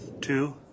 Two